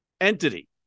entity